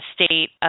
state